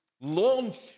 launch